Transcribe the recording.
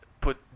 put